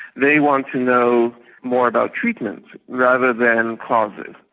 they want to know more about treatments rather than causes.